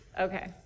Okay